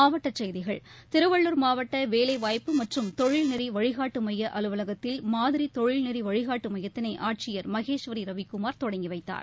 மாவட்ட் செய்திகள் திருவள்ளுர் மாவட்ட வேலை வாய்ப்பு மற்றும் தொழில் நெறி வழிகாட்டு மைய அலுவலகத்தில் மாதிரி தொழில்நெறி வழிகாட்டு எமயத்தினை ஆட்சியர் மகேஸ்வரி ரவிக்குமார் தொடங்கி வைத்தார்